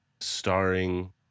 starring